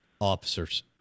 officers